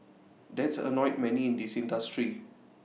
that's annoyed many in the industry